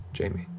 jamie.